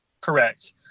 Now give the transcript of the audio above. Correct